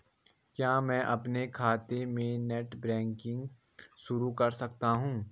क्या मैं अपने खाते में नेट बैंकिंग शुरू कर सकता हूँ?